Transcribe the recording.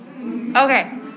Okay